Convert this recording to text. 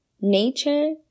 Nature